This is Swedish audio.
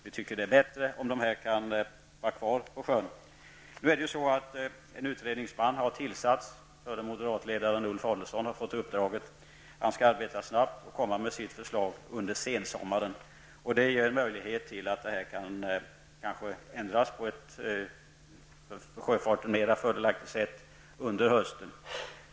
Vi tycker att det är bättre om sådana produkter även i fortsättningen transporteras på sjön. En utredningsman har nu tillsatts. Förre moderatledaren Ulf Adelsohn har fått uppdraget. Han skall arbeta snabbt och avlämna sitt förslag under sensommaren. Därigenom blir det kanske möjligt att ändra villkoren på ett för sjöfarten mer fördelaktigt sätt under hösten.